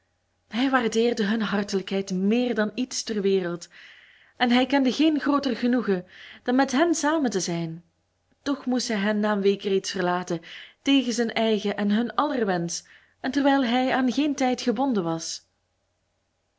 hij waardeerde hun hartelijkheid meer dan iets ter wereld en hij kende geen grooter genoegen dan met hen samen te zijn toch moest hij hen na een week reeds verlaten tegen zijn eigen en hun aller wensch en terwijl hij aan geen tijd gebonden was